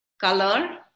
color